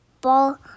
Ball